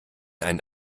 einen